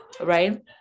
right